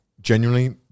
genuinely